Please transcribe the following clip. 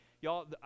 y'all